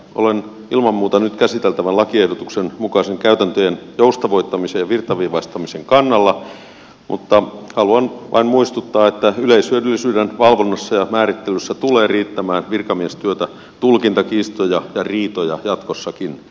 olen ilman muuta nyt käsiteltävän lakiehdotuksen mukaisen käytäntöjen joustavoittamisen ja virtaviivaistamisen kannalla mutta haluan vain muistuttaa että yleishyödyllisyyden valvonnassa ja määrittelyssä tulee riittämään virkamiestyötä tulkintakiistoja ja riitoja jatkossakin